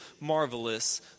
marvelous